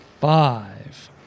Five